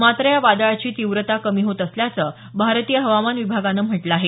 मात्र या वादळाची तीव्रता कमी होत असल्याचं भारतीय हवामान विभागानं म्हटलं आहे